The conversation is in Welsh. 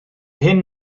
hyn